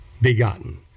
begotten